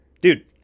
dude